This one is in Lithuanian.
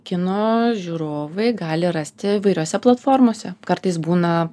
kino žiūrovai gali rasti įvairiose platformose kartais būna